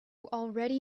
already